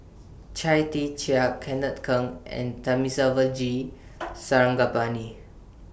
Chia Tee Chiak Kenneth Keng and Thamizhavel G Sarangapani